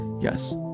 yes